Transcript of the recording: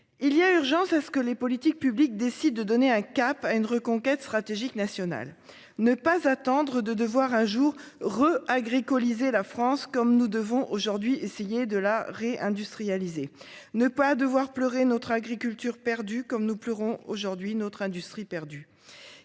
Il y a urgence à ce que les politiques publiques décide de donner un cap à une reconquête stratégique national, ne pas attendre de de voir un jour re agree Colisée la France comme nous devons aujourd'hui essayer de la ré-industrialiser ne pas devoir pleurer notre agriculture perdu comme nous pleurons aujourd'hui notre industrie perdu.